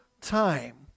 time